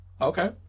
Okay